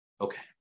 okay